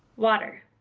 water.